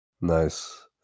Nice